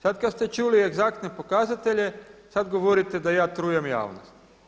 Sad kad ste čuli egzaktne pokazatelje sad govorite da ja trujem javnost.